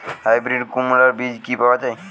Hybrid কুমড়ার বীজ কি পাওয়া য়ায়?